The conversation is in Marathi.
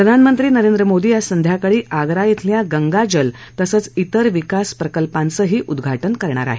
प्रधानमंत्री नरेंद्र मोदी आज संध्याकाळी आग्रा शिल्या गंगाजल तसंच शिर विकास प्रकल्पांचंही उद्दा जे करणार आहेत